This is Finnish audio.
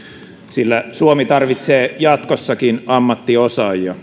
sillä suomi tarvitsee jatkossakin ammattiosaajia